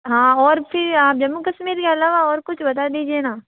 हाँ और फिर आप जम्मू कश्मीर के अलावा और कुछ बता दीजिए न